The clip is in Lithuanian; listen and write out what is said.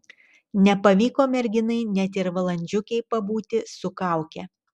nepavyko merginai net ir valandžiukei pabūti su kauke